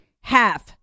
half